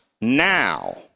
now